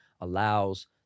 allows